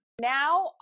Now